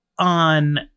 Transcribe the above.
on